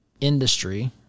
industry